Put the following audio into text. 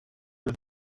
the